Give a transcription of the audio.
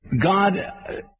God